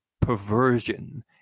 perversion